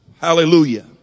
hallelujah